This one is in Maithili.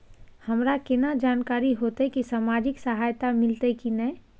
हमरा केना जानकारी होते की सामाजिक सहायता मिलते की नय?